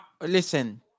listen